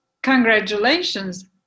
Congratulations